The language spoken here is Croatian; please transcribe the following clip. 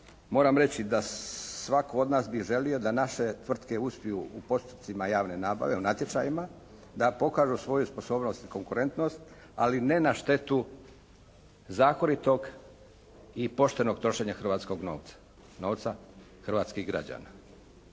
moram reći da svako od nas bi želio da naše tvrtke uspiju u postupcima javne nabave, u natječajima, da pokažu svoju sposobnost i konkurentnost, ali ne na štetu zakonito i poštenog trošenja hrvatskog novca, novca hrvatskih građana.